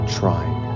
trying